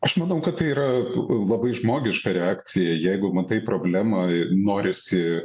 aš manau kad tai yra labai žmogiška reakcija jeigu matai problemą norisi